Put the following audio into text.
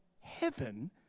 heaven